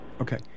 Okay